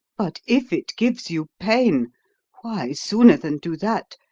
but if it gives you pain why, sooner than do that,